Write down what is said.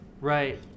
Right